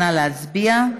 נא להצביע.